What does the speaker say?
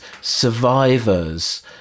survivors